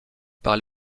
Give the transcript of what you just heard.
par